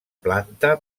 planta